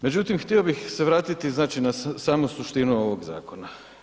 Međutim, htio bih se vratiti, znači, na samu suštinu ovog zakona.